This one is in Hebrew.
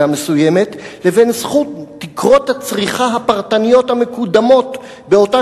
המסוימת לבין סכום תקרות הצריכה הפרטניות המקודמות באותה